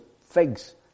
figs